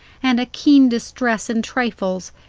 and a keen distress in trifles,